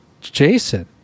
Jason